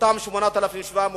אותם 8,700,